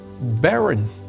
barren